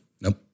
Nope